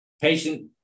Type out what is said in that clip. patient